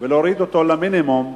ולהוריד אותו למינימום.